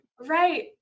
Right